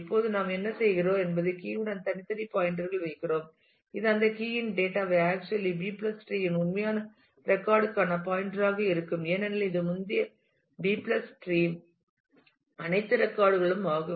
இப்போது நாம் என்ன செய்கிறோம் என்பது கீ உடன் தனித்தனி பாயின்டர்கள் வைக்கிறோம் இது அந்த கீ யின் டேட்டா ஐ actually B tree B tree இன் உண்மையான ரெக்கார்ட் க்கான பாயின்டர்ஆக இருக்கும் ஏனெனில் இது முந்தைய B டிரீ இன் அனைத்து ரெக்கார்ட் களும் ஆகும்